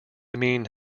mean